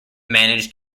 managed